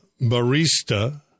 barista